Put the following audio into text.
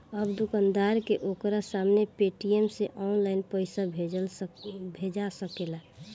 अब दोकानदार के ओकरा सामने पेटीएम से ऑनलाइन पइसा भेजा सकेला